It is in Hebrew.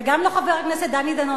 וגם לא חבר הכנסת דני דנון.